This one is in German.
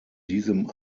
diesem